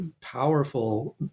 Powerful